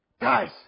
Guys